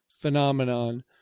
phenomenon